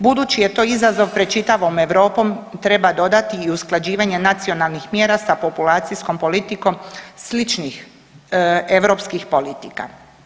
Budući je to izazov pred čitavom Europom treba dodati i usklađivanje nacionalnih mjera sa populacijskom politikom sličnih europskih politika.